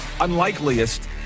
unlikeliest